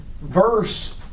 verse